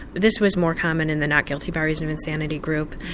this was more common in the not guilty by reason of insanity group.